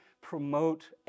promote